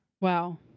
Wow